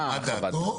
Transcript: מה דעתו,